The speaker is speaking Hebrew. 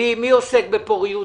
מי עוסק בפוריות